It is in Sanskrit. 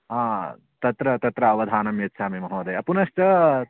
हा तत्र तत्र अवधानं यच्छामि महोदय पुनश्च